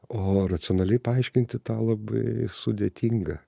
o racionaliai paaiškinti tą labai sudėtinga